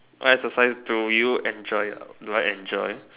what exercise do you enjoy do I enjoy